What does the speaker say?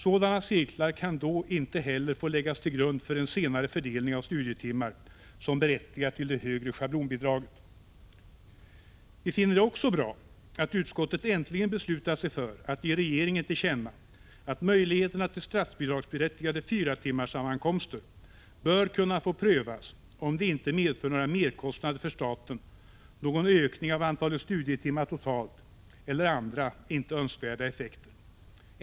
Sådana cirklar kan då inte heller få läggas till grund för den senare fördelningen av studietimmar som berättigar till det högre schablonbidraget. Vi finner det också bra att utskottet äntligen beslutat sig för att ge regeringen till känna att möjligheterna till statsbidragsberättigade fyratimmarssammankomster bör kunna få prövas, om det inte medför några merkostnader för staten, någon ökning av antalet studietimmar totalt eller andra icke önskvärda effekter.